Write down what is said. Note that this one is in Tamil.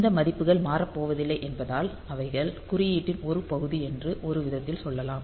இந்த மதிப்புகள் மாறப்போவதில்லை என்பதால் அவைகள் குறியீட்டின் ஒரு பகுதி என்று ஒருவிதத்தில் சொல்லலாம்